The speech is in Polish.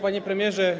Panie Premierze!